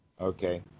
Okay